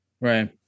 Right